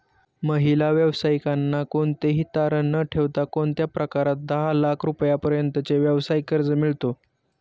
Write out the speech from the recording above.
महिला व्यावसायिकांना कोणतेही तारण न ठेवता कोणत्या प्रकारात दहा लाख रुपयांपर्यंतचे व्यवसाय कर्ज मिळतो?